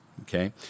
okay